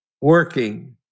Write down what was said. working